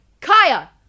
Kaya